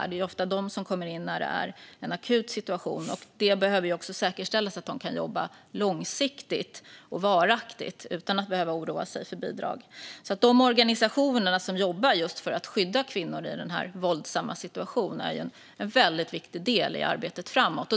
Det är ofta de som kommer in i den akuta situationen, och det behöver säkerställas att de kan jobba långsiktigt och varaktigt utan att behöva oroa sig för bidrag. De organisationer som jobbar för att skydda kvinnorna i en våldsam situation är en viktig del i arbetet framåt.